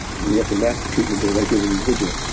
we have to master treatment to that given individual,